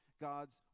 God's